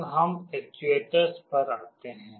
अब हम एक्च्युएटर्स पर आते हैं